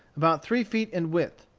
about three feet in width.